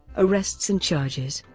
arrests and charges